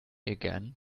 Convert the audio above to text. again